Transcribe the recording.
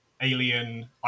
Alien